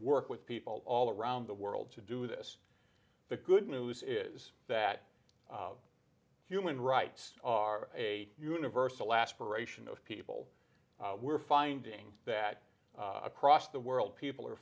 work with people all around the world to do this the good news is that human rights are a universal aspiration of people we're finding that across the world people are